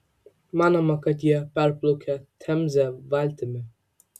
manoma kad jie perplaukė temzę valtimi